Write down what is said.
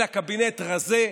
אלא קבינט רזה,